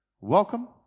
welcome